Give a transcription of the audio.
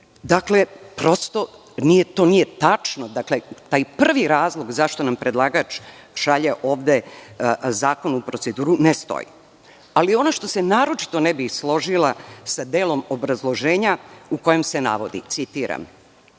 Dakle, to nije tačno, taj prvi razlog zašto nam predlagač šalje zakon u proceduru ne stoji. Ono gde se naročito ne bih složila sa delom obrazloženja u kojem se navodi, citiram: